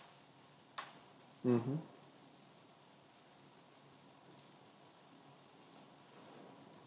mmhmm